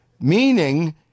meaning